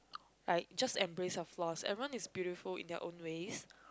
like just embrace your flaws everyone is beautiful in their own ways